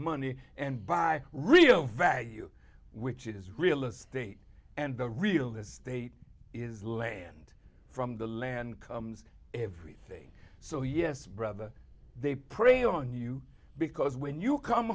money and buy real value which is real estate and the real estate is land from the land comes everything so yes brother they prey on you because when you come